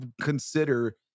consider